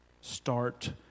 start